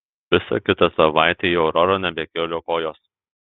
visą kitą savaitę į aurorą nebekėliau kojos